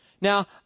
Now